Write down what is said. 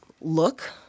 look